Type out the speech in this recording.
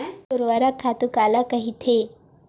ऊर्वरक खातु काला कहिथे?